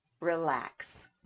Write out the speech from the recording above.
relax